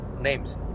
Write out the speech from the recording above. names